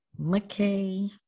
McKay